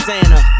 Santa